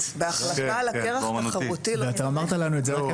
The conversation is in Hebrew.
אני מכיר את